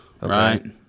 right